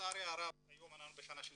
לצערי הרב היום אנחנו בשנה שלישית,